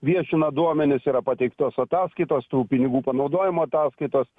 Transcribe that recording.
viešina duomenis yra pateiktos ataskaitos tų pinigų panaudojimo ataskaitos